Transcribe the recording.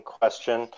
question